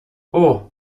اوه